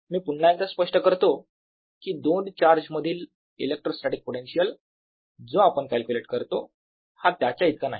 मी पुन्हा एकदा स्पष्ट करतो कि दोन चार्ज मधील इलेकट्रोस्टॅटीक पोटेन्शियल जो आपण कॅलक्युलेट करतो हा त्याच्या इतकं नाही